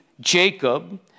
Jacob